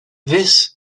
this